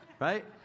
right